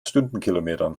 stundenkilometern